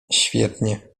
świetnie